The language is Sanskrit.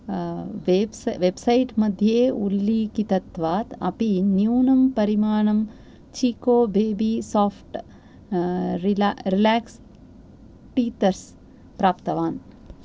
वेब्सैट् मध्ये उल्लिखितत्वात् अपि न्यूनं परिमाणं Chicco baby soft relax teethers प्राप्तवान्